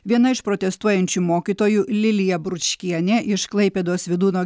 viena iš protestuojančių mokytojų lilija bručkienė iš klaipėdos vydūno